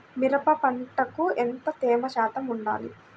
మిరప పంటకు ఎంత తేమ శాతం వుండాలి?